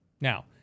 Now